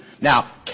Now